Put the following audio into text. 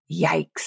Yikes